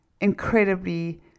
incredibly